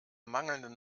mangelnden